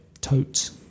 Totes